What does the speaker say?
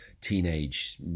teenage